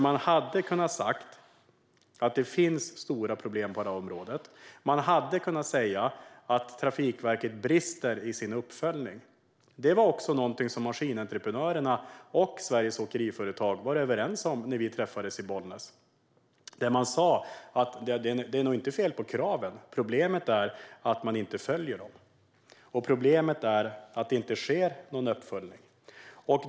Man hade kunnat säga att det finns stora problem på området. Man hade kunnat säga att Trafikverket brister i sin uppföljning. Detta var också något Maskinentreprenörerna och Sveriges Åkeriföretag var överens om när vi träffades i Bollnäs; de sa att det nog inte är fel på kraven utan att problemet är att de inte följs. Problemet är också att det inte sker någon uppföljning.